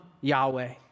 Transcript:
Yahweh